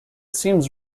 seems